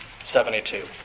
72